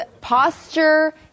posture